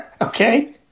Okay